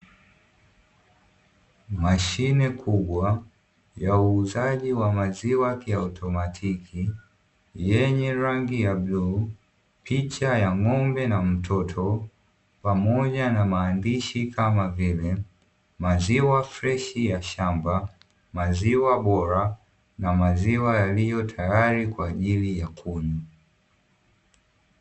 Mashine kubwa ya uuzaji wa maziwa kiautomatiki yenye rangi ya bluu, picha ya ng'ombe na mtoto pamoja na maandishi kama vile ''maziwa freshi ya shamba, maziwa bora na maziwa yaliyo tayari kwa ajili ya kunywa''.